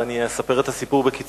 ואני אספר את הסיפור בקיצור.